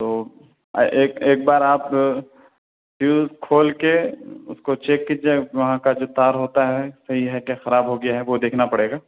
تو ایک بار آپ فیوز کھول کے اس کو چیک کیجیے وہاں کا جو تار ہوتا ہے صحیح ہے کہ خراب ہو گیا ہے وہ دیکھنا پڑے گا